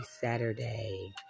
Saturday